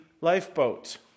lifeboat